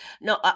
no